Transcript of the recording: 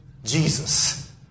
Jesus